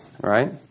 right